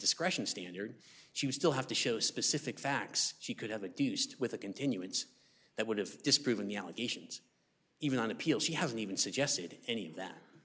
discretion standard she still have to show specific facts she could have a deuced with a continuance that would have disproven the allegations even on appeal she hasn't even suggested any of that